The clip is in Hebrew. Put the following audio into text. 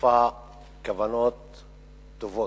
רצופה כוונות טובות.